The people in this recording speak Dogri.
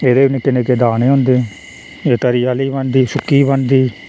एह्दे निक्के निक्के दाने होंदे एह् तरी आह्ली बनदी सुक्की बी बनदी